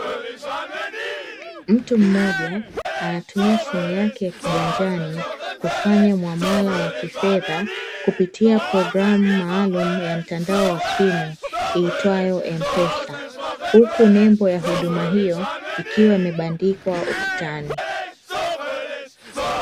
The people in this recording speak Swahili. Mtu mmoja anatumia simu yake ya kiganjani kufanya muamala wa kifedha kupitia programu maalum ya mtandao wa simu iitwayo M-Pesa, huku nembo ya huduma hiyo ikiwa imebandikwa ukutani.